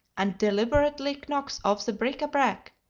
and deliberately knocks off the bric-a-brac,